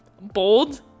bold